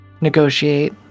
negotiate